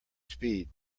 speed